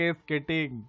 skating